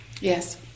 yes